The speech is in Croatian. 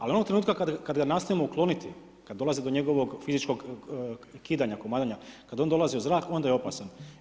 Ali onog trenutka kada ga nastojimo ukloniti, kada dolazi do njegovog fizičkog kidanja, komadanja, kada on dolazi u zrak, onda je opasan.